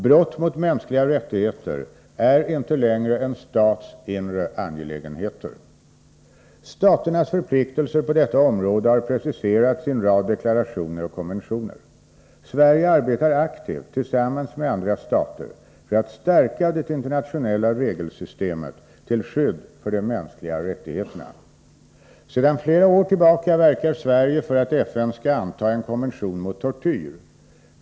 Brott mot mänskliga rättigheter är inte längre en stats inre angelägenheter. Staternas förpliktelser på detta område har preciserats i en rad deklarationer och konventioner. Sverige arbetar aktivt tillsammans med andra stater för att stärka det internationella regelsystemet till skydd för de mänskliga rättigheterna. Sedan flera år tillbaka verkar Sverige för att FN skall anta en konvention mot tortyr.